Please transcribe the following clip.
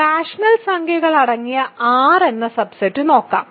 rational സംഖ്യകൾ അടങ്ങിയ R എന്ന സബ്സെറ്റ് നോക്കാം